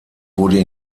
wurde